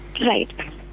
Right